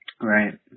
right